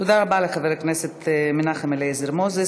תודה רבה לחבר הכנסת מנחם אליעזר מוזס.